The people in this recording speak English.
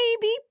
baby